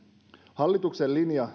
hallituksen linja